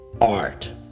art